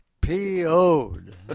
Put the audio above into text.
PO'd